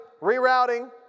rerouting